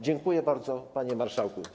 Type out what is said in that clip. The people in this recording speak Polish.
Dziękuję bardzo, panie marszałku.